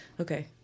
Okay